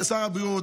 לשר הבריאות,